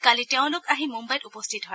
কালি তেওঁলোক আহি মুম্বাইত উপস্থিত হয়